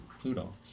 Pluto